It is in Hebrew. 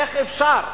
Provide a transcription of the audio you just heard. איך אפשר?